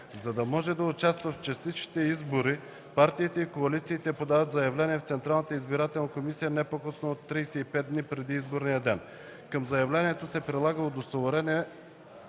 за да може да участват в частичните избори, партиите и коалициите подават заявление в Централната избирателна комисия не по-късно от 35 дни преди изборния ден; към заявлението се прилага удостоверение